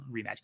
rematch